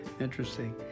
Interesting